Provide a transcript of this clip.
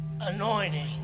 Anointing